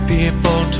People